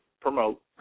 promote